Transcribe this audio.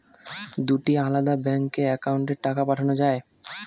দুটি আলাদা ব্যাংকে অ্যাকাউন্টের টাকা পাঠানো য়ায়?